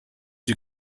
you